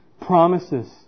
promises